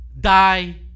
die